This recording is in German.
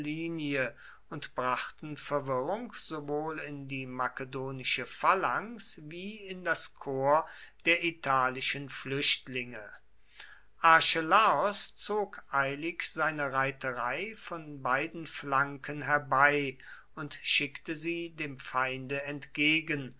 und brachten verwirrung sowohl in die makedonische phalanx wie in das korps der italischen flüchtlinge archelaos zog eilig seine reiterei von beiden flanken herbei und schickte sie dem feinde entgegen